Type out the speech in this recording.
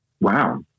Wow